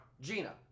Gina